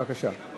בבקשה.